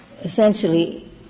essentially